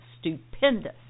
stupendous